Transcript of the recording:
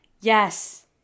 Yes